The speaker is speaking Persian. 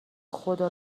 خدا